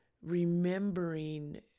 remembering